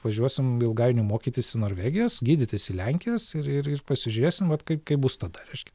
važiuosim ilgainiui mokytis į norvegijas gydytis į lenkijas ir ir ir pasižiūrėsim vat kaip kaip bus tada reiškias